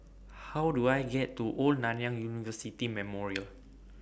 How Do I get to Old Nanyang University Memorial